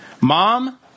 Mom